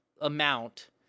amount